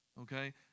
Okay